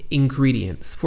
ingredients